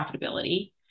profitability